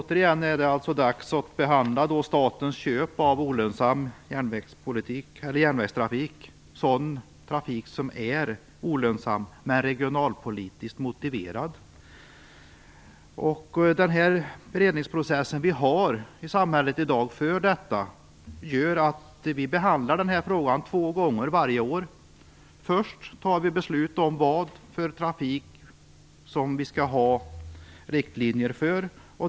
Herr talman! Det är återigen dags att behandla statens köp av olönsam järnvägstrafik, sådan trafik som är olönsam men regionalpolitiskt motiverad. Den beredningsprocess som vi har i samhället för detta gör att den här frågan behandlas två gånger varje år. Först fattar vi beslut om vilken trafik som det skall finnas riktlinjer för.